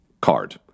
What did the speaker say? card